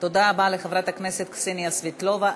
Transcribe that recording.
תודה רבה לחברת הכנסת קסניה סבטלובה.